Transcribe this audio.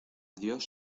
dios